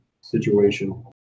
situation